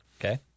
Okay